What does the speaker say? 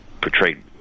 portrayed